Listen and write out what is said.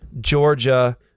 Georgia